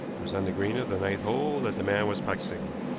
it was on the green of the ninth hole that the man was practicing.